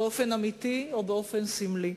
באופן אמיתי או באופן סמלי.